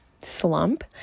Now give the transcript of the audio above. slump